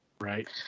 Right